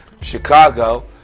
Chicago